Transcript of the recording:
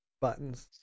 Buttons